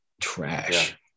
trash